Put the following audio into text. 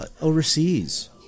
overseas